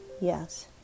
yes